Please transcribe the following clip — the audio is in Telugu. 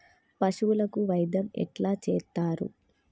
పశువులకు వైద్యం ఎట్లా చేత్తరు?